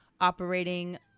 operating